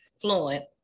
fluent